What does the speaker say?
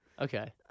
Okay